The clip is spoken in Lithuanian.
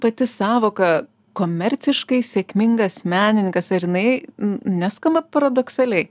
pati sąvoka komerciškai sėkmingas menininkas ar jinai neskamba paradoksaliai